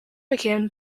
began